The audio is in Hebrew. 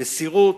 מסירות,